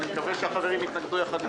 אני מקווה שהחברים יתנגדו יחד איתי.